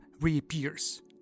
reappears